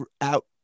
out